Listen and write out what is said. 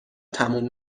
تموم